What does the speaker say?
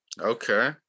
Okay